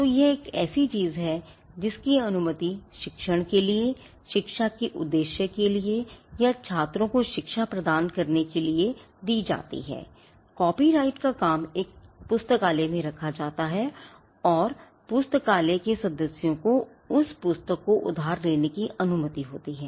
तो यह एक ऐसी चीज है जिसकी अनुमति शिक्षण के लिए शिक्षा के उद्देश्य सेया छात्रों को शिक्षा प्रदान करने के लिए दी जाती है कॉपीराइट का काम एक पुस्तकालय में रखा जाता है और पुस्तकालय के सदस्यों को उस पुस्तक को उधार लेने की अनुमति होती है